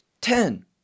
ten